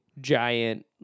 giant